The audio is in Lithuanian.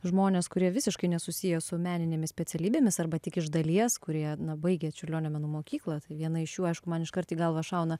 žmones kurie visiškai nesusiję su meninėmis specialybėmis arba tik iš dalies kurie baigė čiurlionio menų mokyklą tai viena iš jų aišku man iškart į galvą šauna